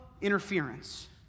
interference